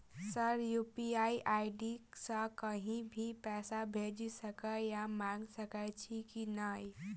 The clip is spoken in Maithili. सर यु.पी.आई आई.डी सँ कहि भी पैसा भेजि सकै या मंगा सकै छी की न ई?